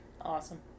Awesome